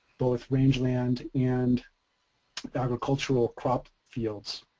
both rangeland and agricultural crop fields.